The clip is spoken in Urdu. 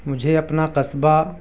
مجھے اپنا قصبہ